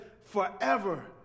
forever